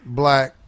black